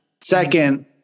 Second